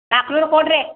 ನಾಲ್ಕು ನೂರು ಕೊಡಿರಿ